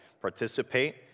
participate